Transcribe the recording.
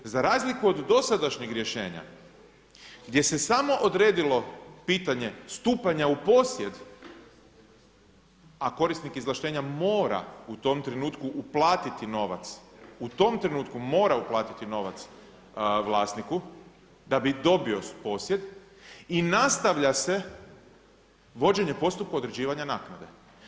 Za razliku od dosadašnjeg rješenja gdje se samo odredilo pitanje stupanja u posjed, a korisnik izvlaštenja mora u tom trenutku uplatiti novac, u tom trenutku mora uplatiti novac vlasniku da bi dobio posjed i nastavlja se vođenje postupka određivanja naknade.